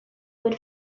would